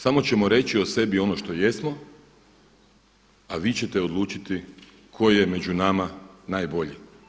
Samo ćemo reći o sebi ono što jesmo, a vi ćete odlučiti tko je među nama najbolji.